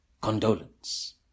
condolence